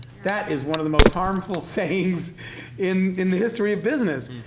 that is one of the most harmful sayings in in the history of business,